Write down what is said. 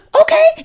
Okay